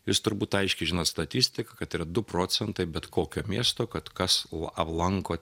jūs turbūt aiškiai žinot statistiką kad yra du procentai bet kokio miesto kad kas o lanko